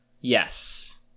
Yes